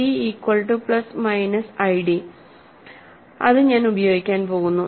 C equal to plus minus I ഡിഇത് ഞാൻ ഉപയോഗിക്കാൻ പോകുന്നു